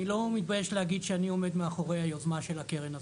אני לא מתבייש להגיד שאני עומד מאחורי היוזמה של הקרן הזאת,